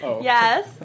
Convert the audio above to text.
Yes